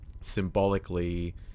symbolically